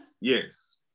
yes